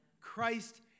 Christ